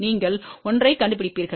நீங்கள் 1 ஐக் கண்டுபிடிப்பீர்கள்